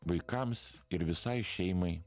vaikams ir visai šeimai